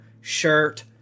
shirt